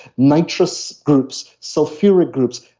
nitrous groups, sulfuric groups,